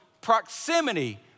proximity